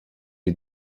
you